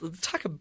Talk